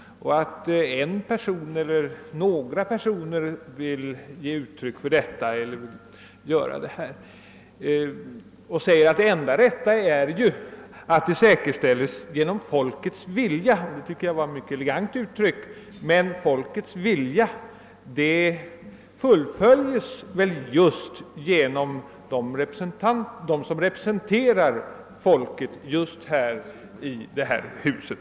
Han sade att det enda rätta är att den säkerställs genom folkets vilja. Det var elegant uttryckt, men folkets vilja genomförs av dem som representerar folket i detta hus.